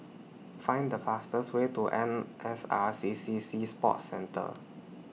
Find The fastest Way to N S R C C Sea Sports Centre